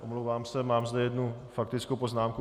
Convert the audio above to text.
Omlouvám se, mám zde jednu faktickou poznámku.